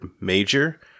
major